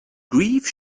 grief